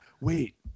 wait